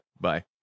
Bye